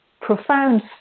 profound